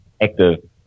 active